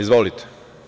Izvolite.